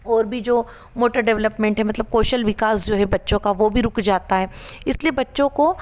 और भी जो मोटर डेवेलपमेंट है मतलब कौशल विकास जो है बच्चों का वो भी रुक जाता है इसलिए बच्चों को